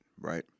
Right